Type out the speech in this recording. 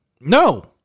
No